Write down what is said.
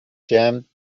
jammed